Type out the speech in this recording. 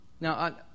Now